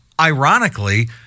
ironically